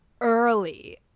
early